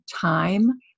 time